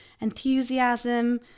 enthusiasm